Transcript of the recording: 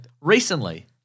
Recently